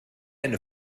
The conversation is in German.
eine